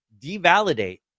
devalidate